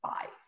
five